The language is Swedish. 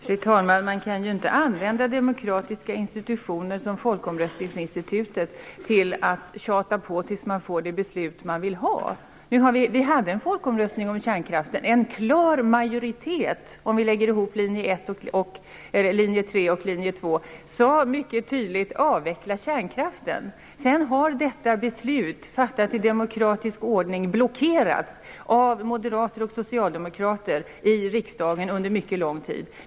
Fru talman! Man kan inte använda demokratiska institutioner som folkomröstningsinstitutet till att tjata på tills man får det beslut man vill ha. Vi hade en folkomröstning om kärnkraften. En klar majoritet - om vi lägger ihop linje 2 och linje 3 - sade mycket tydligt: Avveckla kärnkraften! Sedan har detta beslut, fattat i demokratisk ordning, blockerats av moderater och socialdemokrater i riksdagen under mycket lång tid.